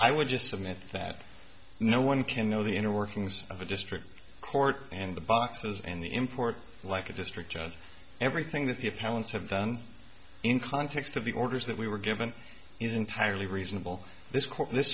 i would just submit that no one can know the inner workings of a district court and the boxes and the import like a district judge everything that the appellants have done in context of the orders that we were given is entirely reasonable this